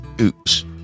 oops